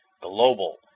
global